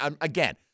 again